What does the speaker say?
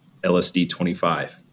LSD-25